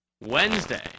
Wednesday